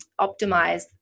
optimize